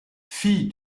fille